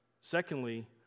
Secondly